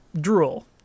drool